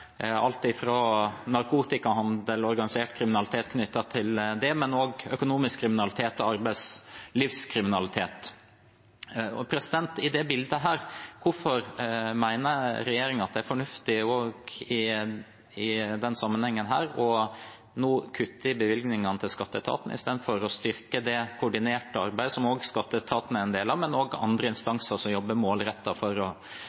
alt fra narkotikahandel og organisert kriminalitet knyttet til den, til økonomisk kriminalitet og arbeidslivskriminalitet. I dette bildet, hvorfor mener regjeringen at det er fornuftig nå å kutte i bevilgningene til skatteetaten, istedenfor å styrke det koordinerte arbeidet som skatteetaten er en del av, men også andre instanser som jobber målrettet for å